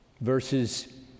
verses